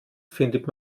findet